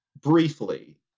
briefly